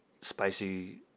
spicy